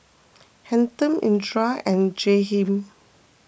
Hampton Edra and Jaheem